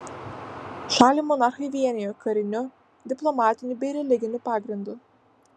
šalį monarchai vienijo kariniu diplomatiniu bei religiniu pagrindu